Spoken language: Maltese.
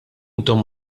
intom